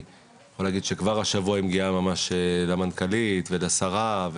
שכבר השבוע היא מגיעה למנכ"לית ולשרה.